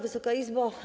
Wysoka Izbo!